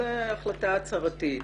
זו החלטה הצהרתית.